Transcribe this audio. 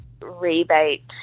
rebate